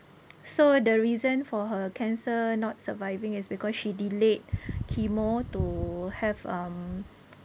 so the reason for her cancer not surviving is because she delayed chemo to have um